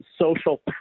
social